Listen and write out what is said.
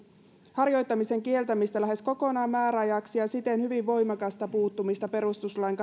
harjoittamisen kieltämistä lähes kokonaan määräajaksi ja siten hyvin voimakasta puuttumista perustuslain